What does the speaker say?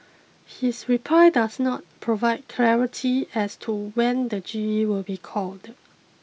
his reply does not provide clarity as to when the G E will be called